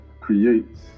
creates